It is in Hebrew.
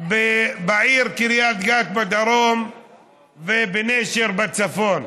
בעיר קריית גת בדרום ובנשר בצפון.